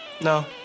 No